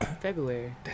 February